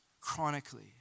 chronically